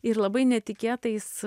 ir labai netikėtais